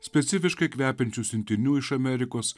specifiškai kvepiančių siuntinių iš amerikos